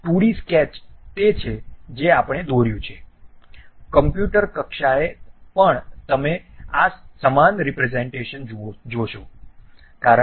2 D sketch તે છે જે આપણે દોર્યું છે કમ્પ્યુટર કક્ષાએ પણ તમે સમાન રીપ્રેઝન્ટેશન જોશો